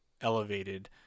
elevated